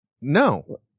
No